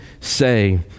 say